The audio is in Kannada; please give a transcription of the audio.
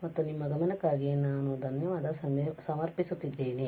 ಮತ್ತು ನಿಮ್ಮ ಗಮನಕ್ಕಾಗಿ ನಾನು ಧನ್ಯವಾದ ಅರ್ಪಿಸುತ್ತೇನೆ